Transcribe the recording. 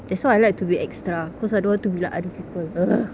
that's why I like to be extra cause I don't want to be like other people ugh